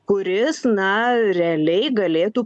kuris na realiai galėtų